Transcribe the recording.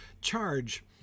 charge